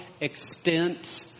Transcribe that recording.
extent